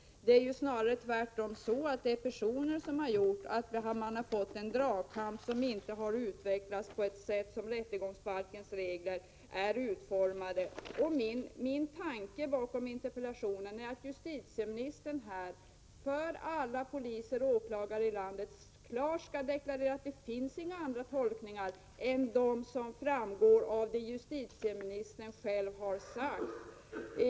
Det är snarare tvärtom så att det har utvecklats en dragkamp mellan vissa personer på ett sätt, som inte står i överensstämmelse med hur rättegångsbalkens bestämmelser är utformade. Tanken bakom min interpellation var att justitieministern här för alla poliser och åklagare i landet klart skulle deklarera: det finns inga andra tolkningar än de som framgår av det justitieministern själv har sagt.